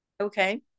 Okay